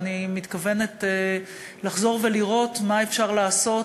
ואני מתכוונת לחזור ולראות מה אפשר לעשות,